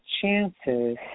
chances